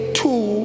two